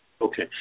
Okay